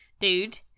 dude